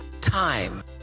time